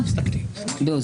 הצבעה לא אושרו.